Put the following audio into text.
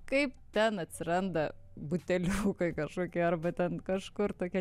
kaip ten atsiranda buteliukai kažkokie arba ten kažkur tokie